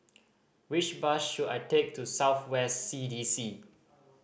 which bus should I take to South West C D C